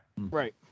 Right